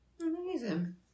Amazing